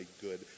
good